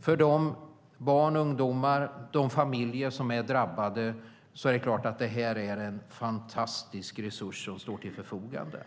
För de barn, ungdomar och familjer som är drabbade är det klart att detta är en fantastisk resurs som står till förfogande.